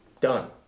done